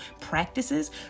practices